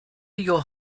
your